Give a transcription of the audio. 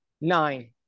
Nine